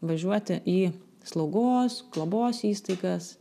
važiuoti į slaugos globos įstaigas